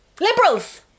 Liberals